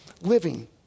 living